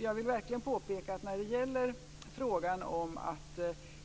Jag vill verkligen påpeka att när det gäller frågan om att